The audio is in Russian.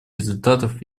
результатов